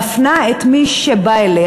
מפנה את מי שבא אליה,